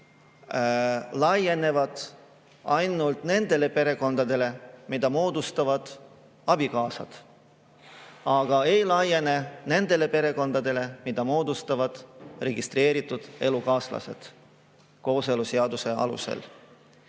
laienevad ainult nendele perekondadele, mille moodustavad abikaasad, aga ei laiene perekondadele, mille moodustavad registreeritud elukaaslased kooseluseaduse alusel.